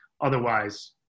Otherwise